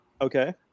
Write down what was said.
Okay